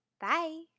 Bye